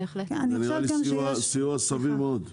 זה נראה לי סיוע סביר מאוד.